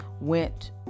went